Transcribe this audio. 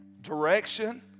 direction